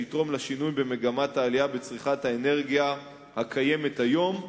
שיתרום לשינוי במגמת העלייה בצריכת האנרגיה הקיימת היום.